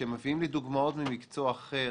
כשמביאים לי דוגמאות ממקצוע אחר